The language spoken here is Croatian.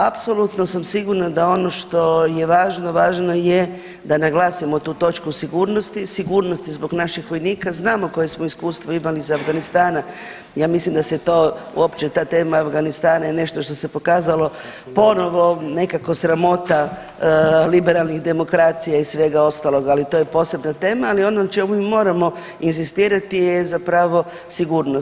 Apsolutno sam sigurna da ono što je važno, važno je da naglasimo tu točku sigurnosti, sigurnosti zbog naših vojnika, znamo koje smo iskustvo imali iz Afganistana, ja mislim da se to, uopće ta tema Afganistana je nešto što se pokazalo ponovo nekako sramota liberalnih demokracija i svega ostaloga, ali to je posebna tema, ali ono na čemu moramo inzistirati je zapravo sigurnost.